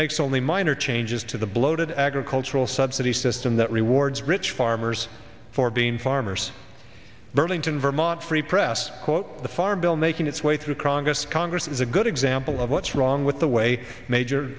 makes only minor changes to the bloated agricultural subsidies system that rewards rich farmers for being farmers burlington vermont free press quote the farm bill making its way through congress congress is a good example of what's wrong with the way major